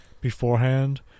beforehand